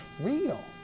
real